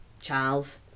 Charles